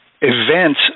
events